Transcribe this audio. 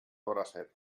bracet